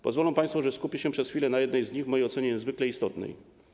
Pozwolą państwo, że skupię się przez chwilę na jednej z nich, w mojej ocenie niezwykle istotnej.